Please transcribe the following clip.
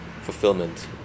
fulfillment